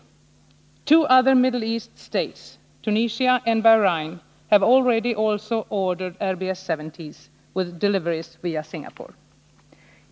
——-— Också två andra stater i Mellanöstern — Tunisien och Bahrein — har redan beställt RBS 70-system, med leverans via Singapore.)